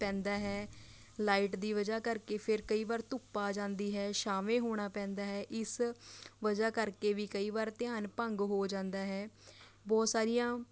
ਪੈਂਦਾ ਹੈ ਲਾਈਟ ਦੀ ਵਜ੍ਹਾ ਕਰਕੇ ਫਿਰ ਕਈ ਵਾਰ ਧੁੱਪ ਆ ਜਾਂਦੀ ਹੈ ਛਾਵੇਂ ਹੋਣਾ ਪੈਂਦਾ ਹੈ ਇਸ ਵਜ੍ਹਾ ਕਰਕੇ ਵੀ ਕਈ ਵਾਰ ਧਿਆਨ ਭੰਗ ਹੋ ਜਾਂਦਾ ਹੈ ਬਹੁਤ ਸਾਰੀਆਂ